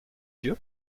dieu